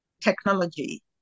technology